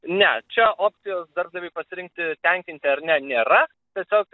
ne čia opcijos darbdaviui pasirinkti tenkinti ar ne nėra tiesiog